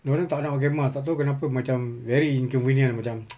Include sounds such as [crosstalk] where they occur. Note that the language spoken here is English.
dia orang tak nak pakai mask tak tahu kenapa macam very inconvenient ah macam [noise]